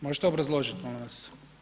Možete obrazložiti molim vas.